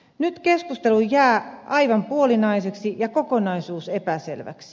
nyt keskustelu jää aivan puolinaiseksi ja kokonaisuus epäselväksi